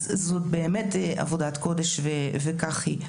זו באמת עבודת קודש וכך היא.